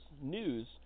news